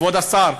כבוד השר,